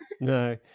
No